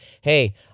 hey